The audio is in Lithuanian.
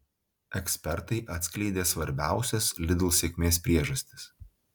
ekspertai atskleidė svarbiausias lidl sėkmės priežastis